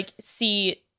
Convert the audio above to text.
see